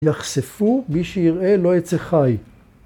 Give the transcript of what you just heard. ‫יחשפו, מי שיראה לא יצא חי.